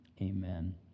amen